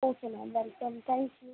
okay ma'am welcome thank you